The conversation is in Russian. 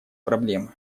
проблемы